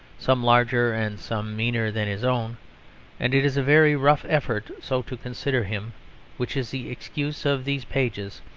some larger and some meaner than his own and it is a very rough effort so to consider him which is the excuse of these pages.